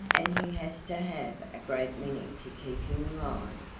and he has to have a great many to keep him alive.